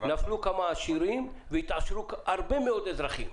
נפלו כמה עשירים והתעשרו הרבה מאוד אזרחים.